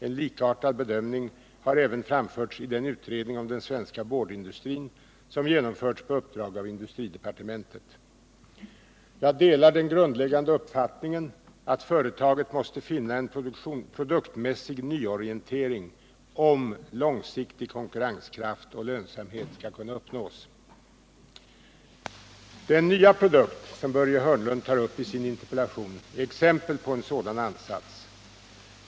En likartad bedömning har även framförts i den utredning om den svenska boardindustrin som genomförts på uppdrag från industridepartementet. Jag delar den grundläggande uppfattningen att företaget måste finna en produktmässig nyorientering, om långsiktig konkurrenskraft och lönsamhet skall kunna uppnås. Den nya produkt som Börje Hörnlund tar upp i sin interpellation är exempel på en sådan ansats.